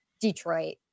Detroit